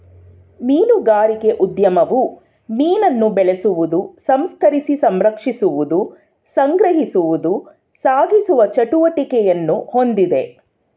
ಮೀನುಗಾರಿಕೆ ಉದ್ಯಮವು ಮೀನನ್ನು ಬೆಳೆಸುವುದು ಸಂಸ್ಕರಿಸಿ ಸಂರಕ್ಷಿಸುವುದು ಸಂಗ್ರಹಿಸುವುದು ಸಾಗಿಸುವ ಚಟುವಟಿಕೆಯನ್ನು ಹೊಂದಿದೆ